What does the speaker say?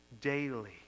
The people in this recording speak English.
daily